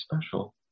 special